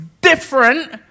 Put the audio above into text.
different